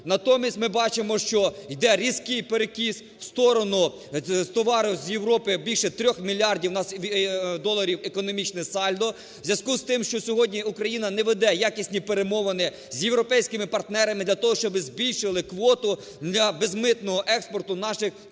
Натомість, ми бачимо, що йде різкий перекіс в сторону товару з Європи, більше трьох мільярдів… доларів економічне сальдо. У зв'язку з тим, що сьогодні Україна не веде якісні перемовини з європейськими партнерами для того, щоб збільшували квоту для безмитного експорту наших товарів